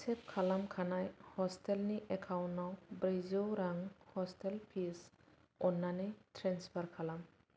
सेब खालामखानाय ह'स्टेल नि एकाउन्ट आव ब्रैजौ रां ह'स्टेल फिस अननानै ट्रेन्सफार खालाम